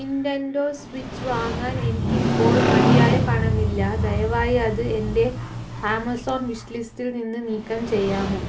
Nintendo Switch വാങ്ങാൻ എനിക്ക് ഇപ്പോൾ മതിയായ പണമില്ല ദയവായി അത് എന്റെ ആമസോൺ വിഷ്ലിസ്റ്റിൽ നിന്ന് നീക്കം ചെയ്യാമോ